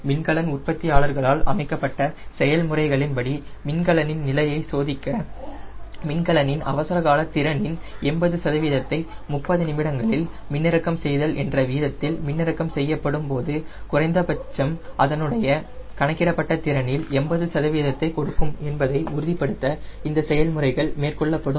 மின்கலன் உற்பத்தியாளர்களால் அமைக்கப்பட்ட செயல்முறைகளின் படி மின்கலனின் நிலையை சோதிக்க மின்கலனின் அவசரகால திறனின் 80 சதவீதத்தை 30 நிமிடங்களில் மின்னிறக்கம் செய்தல் என்ற வீதத்தில் மின்னிறக்கம் செய்யப்படும் போது குறைந்தபட்சம் அதனுடைய கணக்கிடப்பட்ட திறனில் 80 சதவீதத்தை கொடுக்கும் என்பதை உறுதிப்படுத்த இந்த செயல்முறைகள் மேற்கொள்ளப்படும்